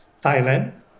Thailand